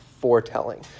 foretelling